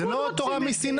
זה לא תורה מסיני.